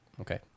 okay